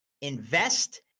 invest